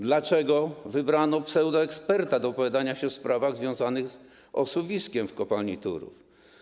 Dlaczego wybrano pseudoeksperta do wypowiadania się w sprawach związanych z osuwiskiem w kopalni Turów?